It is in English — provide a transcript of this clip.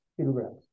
kilograms